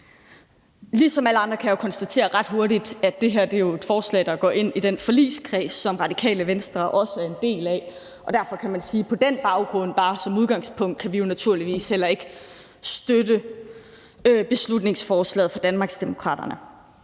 Ligesom alle andre kan jeg jo også ret hurtigt konstatere, at det her er et forslag, der går ind i den forligskreds, som Radikale Venstre også er en del af, og at vi derfor på den baggrund som udgangspunkt naturligvis heller ikke kan støtte beslutningsforslaget fra Danmarksdemokraterne